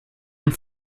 have